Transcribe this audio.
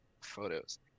photos